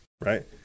right